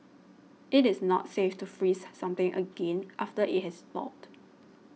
it is not safe to freeze something again after it has thawed